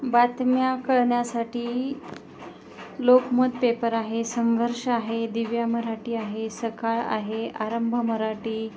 बातम्या कळण्यासाठी लोकमत पेपर आहे संघर्ष आहे दिव्या मराठी आहे सकाळ आहे आरंभ मराठी